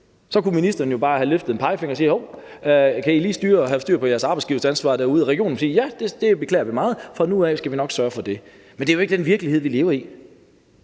Så kunne ministeren jo bare have løftet pegefingeren og sagt: Hov, kan I lige få styr på jeres arbejdsgiveransvar. Og så kunne regionerne sige: Ja, det beklager vi meget; fra nu af skal vi nok sørge for det. Men sådan er den virkelighed, vi lever i,